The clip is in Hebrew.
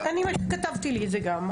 אני כתבתי לי את זה גם.